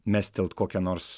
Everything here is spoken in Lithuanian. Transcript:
mestelt kokią nors